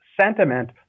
sentiment